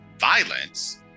Violence